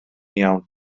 iawn